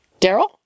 Daryl